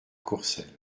courcelles